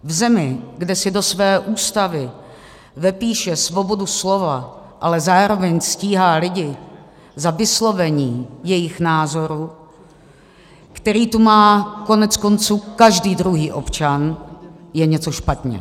V zemi, kde si do své Ústavy vepíše svobodu slova, ale zároveň stíhá lidi za vyslovení jejich názoru, který tu má koneckonců každý druhý občan, je něco špatně.